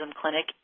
clinic